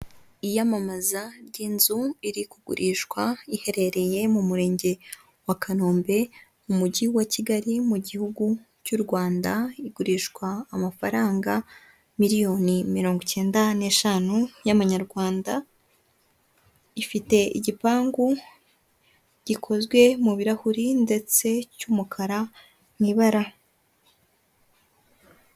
Iyamamaza ry'inzu iri kugurishwa riherereye mu murenge wa kanombe mu mujyi wa kigali mu gihugu cy'u rwanda, igurishwa amafaranga miliyoni mirongo icyenda n'eshanu y'amanyarwanda ifite igipangu gikozwe mu birahuri ndetse cy'umukara mu ibara.